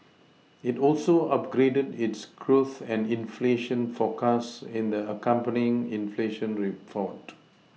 it also upgraded its growth and inflation forecast in the accompanying inflation report